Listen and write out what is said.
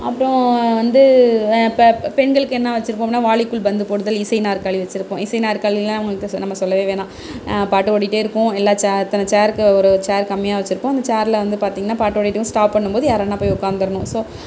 அப்பறம் வந்து பெண்களுக்கு என்ன வைச்சிருப்போம்னா வாளிக்குள் பந்து போடுதல் இசை நாற்காலி வைச்சிருப்போம் இசை நாற்காலிலாம் நம்ம சொல்லவே வேணாம் நம்ம பாட்டுக்கு ஓடிகிட்டே இருப்போம் ச்சார் அத்தனை ச்சார்க்கும் ஒரு ச்சார் கம்மியாக வைச்சிருப்போம் அந்த ச்சாரில் பார்த்திங்ன்னா பாட்டு ஓடிட்டு இருக்கும் ஸ்டாப் பண்ணும்போது யாருனா போய் உட்காந்துரணும்